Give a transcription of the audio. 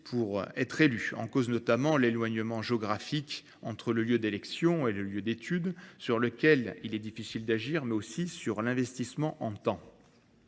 pour être élus, en cause notamment l'éloignement géographique entre le lieu d'élection et le lieu d'étude sur lequel il est difficile d'agir, mais aussi sur l'investissement en temps.